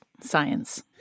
Science